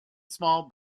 small